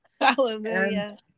Hallelujah